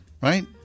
right